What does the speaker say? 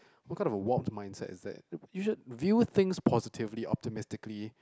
what kind of a warped mindset is that you should view things positively optimistically